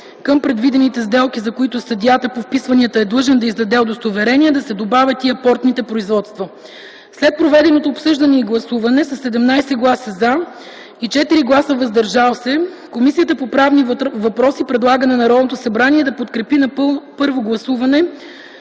към предвидените сделки, за които съдията по вписванията е длъжен да издаде удостоверение, да се добавят и апортните производства. След проведеното обсъждане и гласуване със 17 гласа „за” и 4 гласа „въздържал се”, Комисията по правни въпроси предлага на Народното събрание да подкрепи на първо гласуване